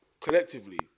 collectively